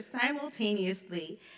simultaneously